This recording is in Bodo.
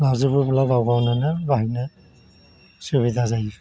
लाजोबोब्ला गाव गावनोनो बाहायनो सुबिदा जायो